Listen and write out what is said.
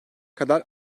kadar